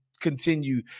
continue